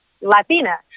Latina